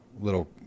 little